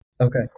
Okay